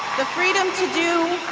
the freedom to do